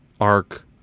Ark